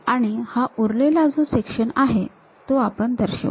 आणि हा उरलेला जो सेक्शन आहे तो आपण दर्शवू